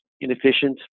inefficient